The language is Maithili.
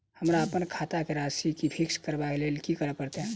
हमरा अप्पन खाता केँ राशि कऽ फिक्स करबाक लेल की करऽ पड़त?